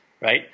right